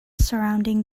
surrounding